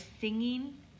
singing